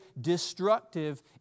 destructive